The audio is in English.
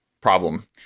problem